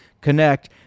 connect